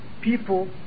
people